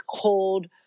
cold